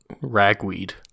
ragweed